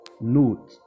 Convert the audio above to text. Note